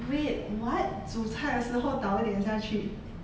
wait what 煮菜的时候倒一点下去